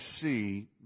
see